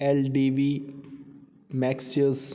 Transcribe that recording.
LDB ਮੈਕਸੀਅਸ